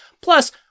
Plus